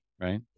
right